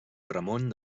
ramon